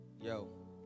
Yo